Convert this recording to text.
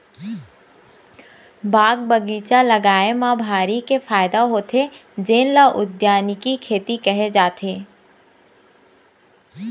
बाग बगीचा लगाए म भारी के फायदा होथे जेन ल उद्यानिकी खेती केहे जाथे